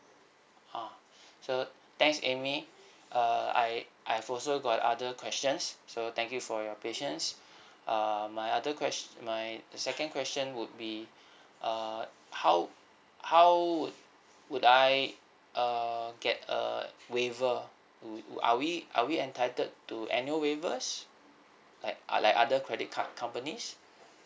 ah so thanks amy uh I I've also got other questions so thank you for your patience um my other question my second question would be uh how how would would I err get a waiver would would are we are we entitled to annual waivers like uh like other credit card companies